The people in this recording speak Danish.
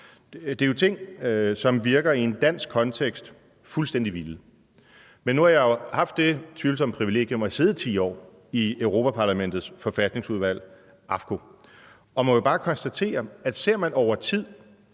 Det er jo ting, som i en dansk kontekst virker fuldstændig vilde. Men nu har jeg jo haft det tvivlsomme privilegium at sidde 10 år i Europa-Parlamentets forfatningsudvalg, AFCO, og må bare konstatere, at ser man over tid